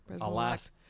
Alas